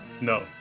No